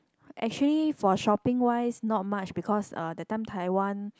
actually for shopping wise not much because uh that time Taiwan